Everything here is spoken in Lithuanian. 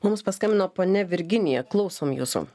mums paskambino ponia virginija klausom jūsų